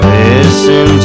listen